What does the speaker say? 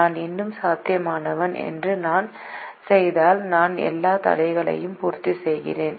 நான் இன்னும் சாத்தியமானவன் என்று நான் செய்தால் நான் எல்லா தடைகளையும் பூர்த்தி செய்கிறேன்